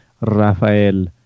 Rafael